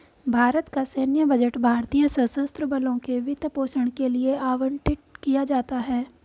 भारत का सैन्य बजट भारतीय सशस्त्र बलों के वित्त पोषण के लिए आवंटित किया जाता है